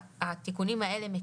התיקונים הללו,